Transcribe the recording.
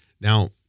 Now